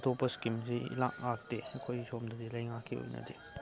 ꯑꯇꯣꯞꯄ ꯏꯁꯀꯤꯝꯁꯤ ꯏꯂꯥꯛ ꯂꯥꯛꯇꯦ ꯑꯩꯈꯣꯏ ꯁꯣꯝꯗ ꯂꯩꯉꯥꯛꯀꯤ ꯑꯣꯏꯅꯗꯤ